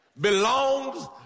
belongs